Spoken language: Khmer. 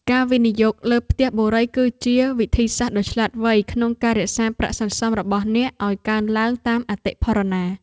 ការវិនិយោគលើផ្ទះបុរីគឺជាវិធីសាស្ត្រដ៏ឆ្លាតវៃក្នុងការរក្សាប្រាក់សន្សំរបស់អ្នកឱ្យកើនឡើងតាមអតិផរណា។